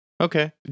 Okay